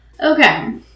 Okay